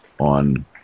on